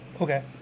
Okay